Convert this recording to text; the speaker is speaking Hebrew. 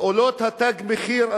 פעולות "תג מחיר",